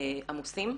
עמוסים במרכז,